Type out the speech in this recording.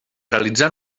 realitzar